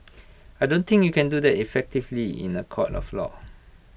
I don't think you can do that effectively in A court of law